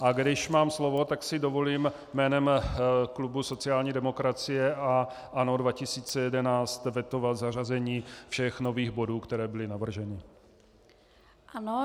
A když mám slovo, tak si dovolím jménem klubu sociální demokracie a ANO 2011 vetovat zařazení všech nových bodů, které byly navrženy.